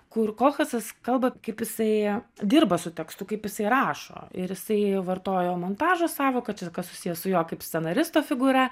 kur kolchasas kalba kaip jisai dirba su tekstu kaip jisai rašo ir jisai vartojo montažo sąvoką čia kas kas susiję su jo kaip scenaristo figūra